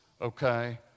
okay